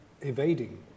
evading